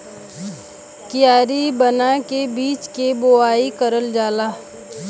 कियारी बना के बीज के बोवाई करल जाला